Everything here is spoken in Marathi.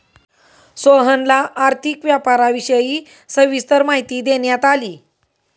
सोहनला आर्थिक व्यापाराविषयी सविस्तर माहिती देण्यात आली